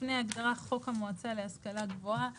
לפני ההגדרה "חוק המועצה להשכלה גבוהה " יבוא: